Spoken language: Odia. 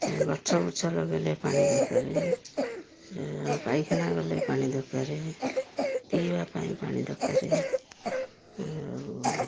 ଗଛ ଗୁଛ ଲଗେଇଲେ ପାଣି ଦରକାର ପାଇଖାନା ଗଲେ ପାଣି ଦରକାର ପିଇବା ପାଇଁ ପାଣି ଦରକାର ଆଉ